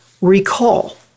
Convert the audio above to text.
recall